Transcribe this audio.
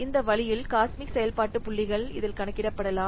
இந்த வழியில் COSMIC செயல்பாட்டு புள்ளிகள் இதில் கணக்கிடப்படலாம்